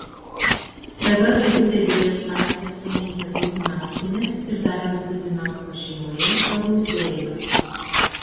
tv laidų vedėjos aistės stonytės budzinauskienės ir dariaus budzinausko šeimoje pagausėjimas